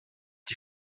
die